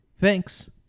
Thanks